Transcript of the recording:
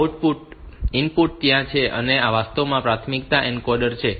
inputs ત્યાં છે અને આ વાસ્તવમાં પ્રાથમિકતા એન્કોડર છે